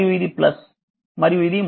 మరియు ఇది మరియు ఇది